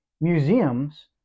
museums